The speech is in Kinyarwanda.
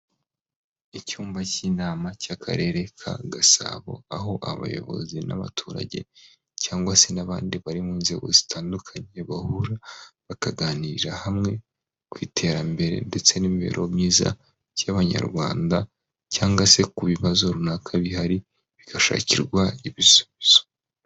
Icyumba cy'inama cy'akarere ka Gasabo aho abayobozi n'abaturage cyangwa se n'abandi bari mu nzego zitandukanye bahura bakaganirira hamwe ku iterambere ndetse n'imibereho myiza y'abanyarwanda cyangwa se ku bibazo runaka bihari bigashakirwa ibisubizo.